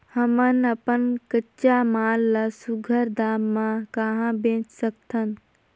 हमन अपन कच्चा माल ल सुघ्घर दाम म कहा बेच सकथन?